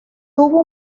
tuvo